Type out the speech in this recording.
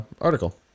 article